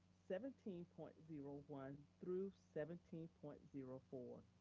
seventeen point zero one through seventeen point zero four.